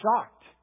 shocked